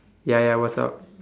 ya ya what's up